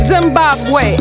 Zimbabwe